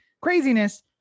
craziness